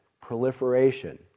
proliferation